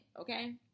okay